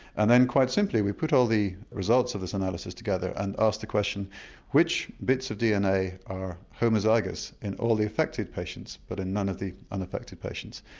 and then quite simply we put all the results of this analysis together and asked the question which bits of dna are homozygous in all the affected patients patients but in none of the unaffected patients.